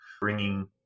bringing